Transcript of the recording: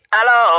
Hello